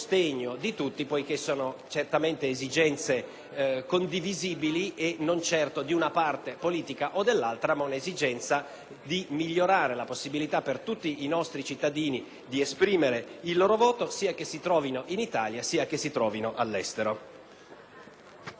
condivisibile e non già di una parte politica o di un'altra, quella di migliorare la possibilità per tutti i nostri cittadini di esprimere il loro voto, sia che si trovino in Italia che all'estero.